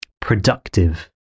productive